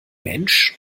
mensch